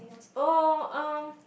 oh um